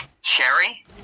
Sherry